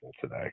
today